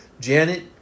Janet